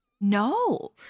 No